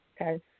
Okay